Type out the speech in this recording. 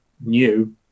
new